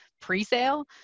pre-sale